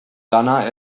lana